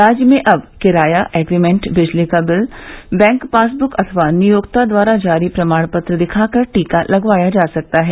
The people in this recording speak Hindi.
राज्य में अब किराया एग्रीमेंट बिजली बिल बैंक पासबुक अथवा नियोक्ता द्वारा जारी प्रमाणपत्र दिखाकर टीका लगवाया जा सकता है